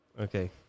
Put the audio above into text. Okay